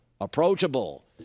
approachable